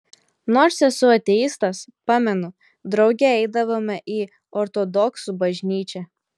nors esu ateistas pamenu drauge eidavome į ortodoksų bažnyčią